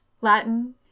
Latin